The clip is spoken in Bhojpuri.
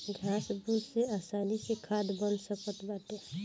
घास फूस से आसानी से खाद बन सकत बाटे